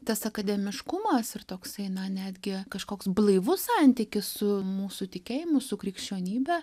tas akademiškumas ir toksai na netgi kažkoks blaivus santykis su mūsų tikėjimu su krikščionybe